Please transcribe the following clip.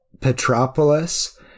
Petropolis